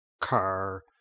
car